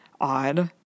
odd